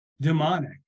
demonic